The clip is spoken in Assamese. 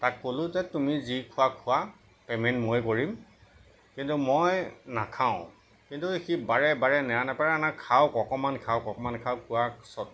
তাক ক'লো যে তুমি যি খোৱা খোৱা পে'মেণ্ট মই কৰিম কিন্তু মই নাখাওঁ কিন্তু সি বাৰে বাৰে নেৰানেপেৰা না খাওক অকমান খাওক অকমান খাওক কোৱা স্বত্ত